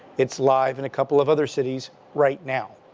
it's live in a couple of other cities right now.